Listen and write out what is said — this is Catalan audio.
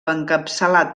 encapçalat